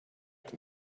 can